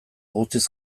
guztiz